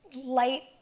light